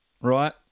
Right